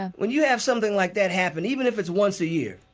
when you have something like that happen, even if it's once a year,